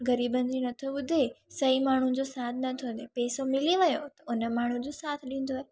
ग़रीबनि जी नथो ॿुधे सही माण्हू जो साथ नथो ॾिए पैसो मिली वियो हुन माण्हू जो साथ ॾींदो आहे